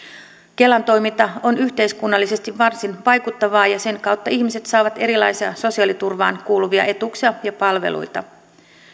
kelan toiminta on yhteiskunnallisesti varsin vaikuttavaa ja sen kautta ihmiset saavat erilaisia sosiaaliturvaan kuuluvia etuuksia ja palveluita